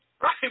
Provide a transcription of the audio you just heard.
Right